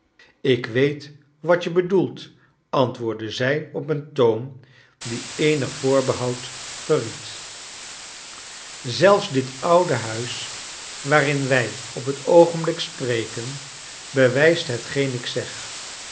ik weet wat je bedoelt antwoordde zij op een toon die eenig voorbehoud verried zelfs dit oude huis waarin wij op het oogenblik spreken bewijst i hetgeen ik zeg